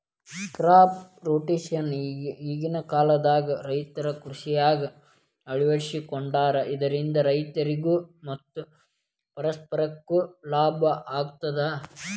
crop rotation ಈಗಿನ ಕಾಲದಾಗು ರೈತರು ಕೃಷಿಯಾಗ ಅಳವಡಿಸಿಕೊಂಡಾರ ಇದರಿಂದ ರೈತರಿಗೂ ಮತ್ತ ಪರಿಸರಕ್ಕೂ ಲಾಭ ಆಗತದ